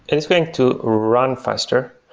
it's going to run faster.